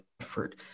effort